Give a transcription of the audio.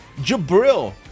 Jabril